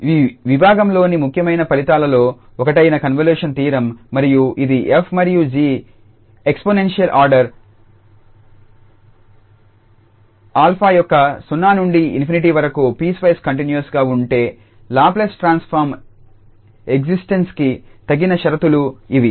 ఈ విభాగంలోని ముఖ్యమైన ఫలితాలలో ఒకటైన కన్వల్యూషన్ థీరం మరియు ఇది 𝑓 మరియు 𝑔 ఎక్స్పోనెన్షియల్ ఆర్డర్ 𝛼 యొక్క 0 నుండి ∞ వరకు పీస్వైస్ కంటిన్యూస్ గా ఉంటే లాప్లేస్ ట్రాన్స్ఫార్మ్ ఎగ్జిస్టెన్స్ కి తగిన షరతులు ఇవి